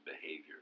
behavior